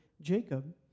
Jacob